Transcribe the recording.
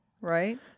right